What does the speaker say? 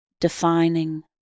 defining